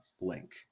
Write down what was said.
link